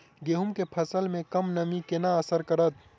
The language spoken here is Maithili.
गेंहूँ केँ फसल मे कम नमी केना असर करतै?